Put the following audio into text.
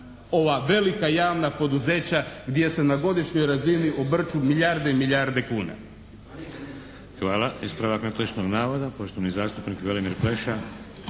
ova velika javna poduzeća gdje se na godišnjoj razini obrću milijarde i milijarde kuna. **Šeks, Vladimir (HDZ)** Hvala. Ispravak netočnog navoda, poštovani zastupnik Velimir Pleša.